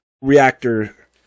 reactor